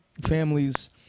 families